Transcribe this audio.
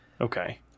Okay